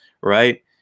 right